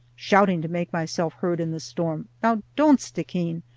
shouting to make myself heard in the storm, now don't, stickeen.